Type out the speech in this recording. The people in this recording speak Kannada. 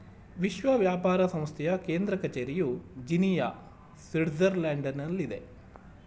ವಿಶ್ವ ವ್ಯಾಪಾರ ಸಂಸ್ಥೆಯ ಕೇಂದ್ರ ಕಚೇರಿಯು ಜಿನಿಯಾ, ಸ್ವಿಟ್ಜರ್ಲ್ಯಾಂಡ್ನಲ್ಲಿದೆ